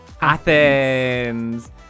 athens